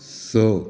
स